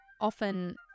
often